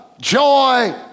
joy